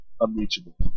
unreachable